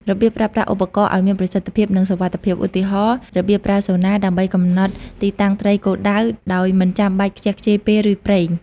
របៀបប្រើប្រាស់ឧបករណ៍ឱ្យមានប្រសិទ្ធភាព និងសុវត្ថិភាព ឧទាហរណ៍ របៀបប្រើ Sonar ដើម្បីកំណត់ទីតាំងត្រីគោលដៅ ដោយមិនចាំបាច់ខ្ជះខ្ជាយពេល ឬប្រេង។